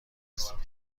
مسدود